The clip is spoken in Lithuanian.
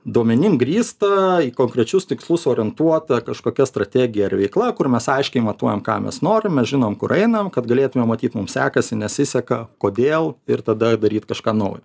duomenim grįsta į konkrečius tikslus orientuota kažkokia strategija ar veikla kur mes aiškiai matuojam ką mes norim mes žinom kur einam kad galėtumėm matyt mums sekasi nesiseka kodėl ir tada daryt kažką naujo